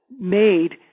made